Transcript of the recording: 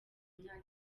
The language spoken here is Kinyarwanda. imyaka